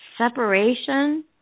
Separation